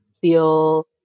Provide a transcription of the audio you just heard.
feel